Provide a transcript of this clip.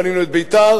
בנינו את ביתר,